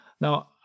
Now